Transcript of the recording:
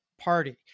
party